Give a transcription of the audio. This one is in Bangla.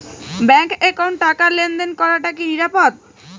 ব্যাংক একাউন্টত টাকা লেনদেন করাটা কি নিরাপদ?